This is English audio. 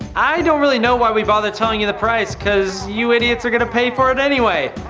i don't really know why we bother telling you the price, cause you idiots are going to pay for it anyway.